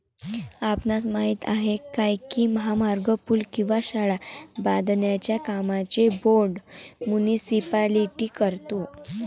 आपणास माहित आहे काय की महामार्ग, पूल किंवा शाळा बांधण्याच्या कामांचे बोंड मुनीसिपालिटी करतो?